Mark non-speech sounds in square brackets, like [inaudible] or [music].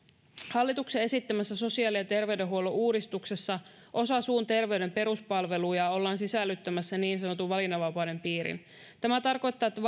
hallituksen esittämässä sosiaali ja terveydenhuollon uudistuksessa osa suunterveyden peruspalveluja ollaan sisällyttämässä niin sanotun valinnanvapauden piiriin tämä tarkoittaa että [unintelligible]